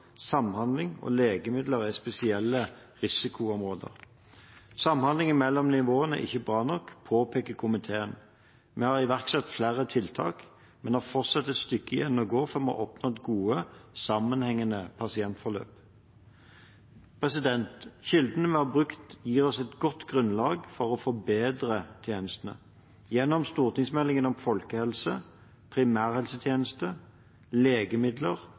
samhandling og legemidler er spesielle risikoområder. Samhandlingen mellom nivåene er ikke bra nok, påpeker komiteen. Vi har iverksatt flere tiltak, men har fortsatt et stykke igjen å gå før vi har oppnådd gode, sammenhengende pasientforløp. Kildene vi har brukt, gir oss et godt grunnlag for å forbedre tjenestene. Gjennom stortingsmeldingene om folkehelse, primærhelsetjeneste og legemidler